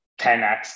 10x